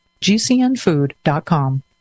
GCNfood.com